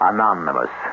Anonymous